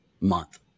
month